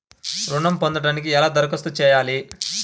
ఋణం పొందటానికి ఎలా దరఖాస్తు చేయాలి?